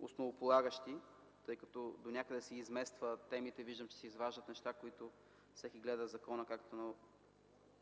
основополагащи, тъй като донякъде се изместват темите. Виждам, че се изваждат неща и всеки гледа закона, както на